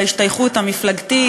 בהשתייכות המפלגתית או,